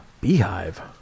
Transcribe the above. beehive